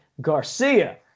Garcia